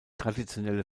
traditionelle